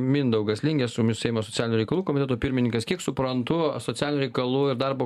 mindaugas lingė su mumis seimo socialinių reikalų komiteto pirmininkas kiek suprantu socialinių reikalų ir darbo